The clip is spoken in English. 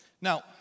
Now